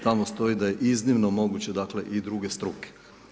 Tamo stoji da iznimno moguće, dakle i druge struke.